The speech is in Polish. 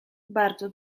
bardzo